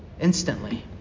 instantly